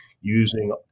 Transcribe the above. using